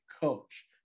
coach